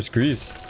trees